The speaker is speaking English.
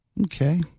Okay